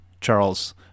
Charles